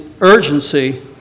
urgency